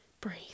Breathe